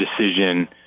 decision